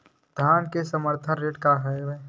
धान के समर्थन रेट का हवाय?